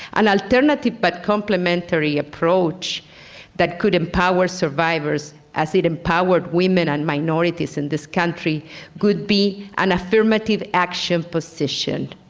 an alternative but complementary approach that could empower survivors as it empowered women and minorities in this country could be an affirmative action position.